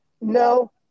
No